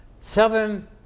seven